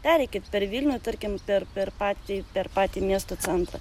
pereikit per vilnių tarkim per per patį per patį miesto centrą